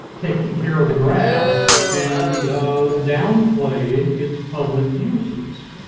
taking care of the grass, and downplaying its public uses.